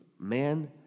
man